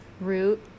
root